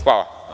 Hvala.